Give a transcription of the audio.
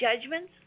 judgments